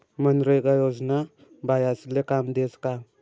मनरेगा योजना बायास्ले काम देस का?